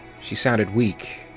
she sounded weak,